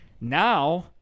Now